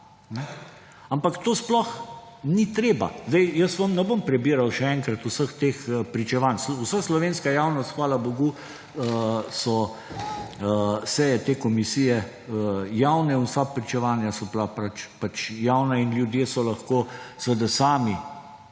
Ampak to sploh ni treba. Jaz vam ne bom prebiral še enkrat vseh teh pričevanj. Vsa slovenska javnost, hvala bogu so seje te komisije javne, vsa pričevanja so bila javna in ljudje so lahko sami